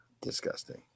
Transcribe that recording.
disgusting